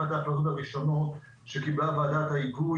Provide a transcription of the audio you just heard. אחת החלטות הראשונות שקיבלה ועדת ההיגוי